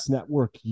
Network